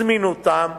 זמינותם,